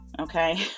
okay